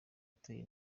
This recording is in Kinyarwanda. uteye